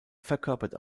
verkörpert